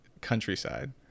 countryside